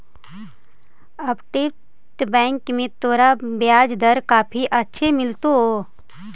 अपतटीय बैंक में तोरा ब्याज दर काफी अच्छे मिलतो